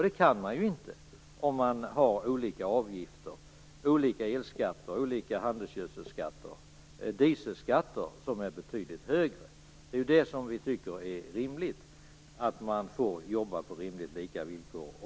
Det kan man ju inte om det är olika avgifter, elskatter och handelsgödselskatter samt dieselskatter som är betydligt högre. Vi tycker att det är rimligt att man får jobba på lika villkor.